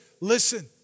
listen